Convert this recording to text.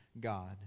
God